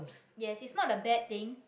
yes it's not a bad thing